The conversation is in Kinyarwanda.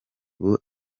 ubu